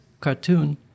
cartoon